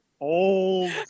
old